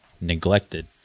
neglected